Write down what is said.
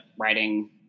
writing